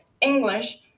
english